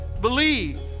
believe